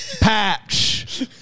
patch